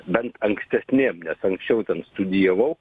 bent ankstesnėm nes anksčiau ten studijavau